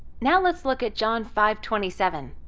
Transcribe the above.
now, let's look at john five twenty seven,